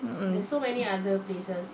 mm mm